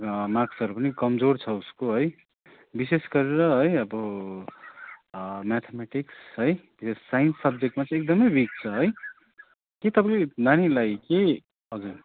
मार्क्सहरू पनि कमजोर छ उसको है बिशेष गरेर है अब म्याथम्याटिक्स है यो साइन्स सब्जेक्टमा एकदमै विक छ है के तपाईँ नानीलाई केही हजुर